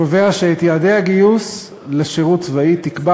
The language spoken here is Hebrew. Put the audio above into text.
קובע שאת יעדי הגיוס לשירות צבאי תקבע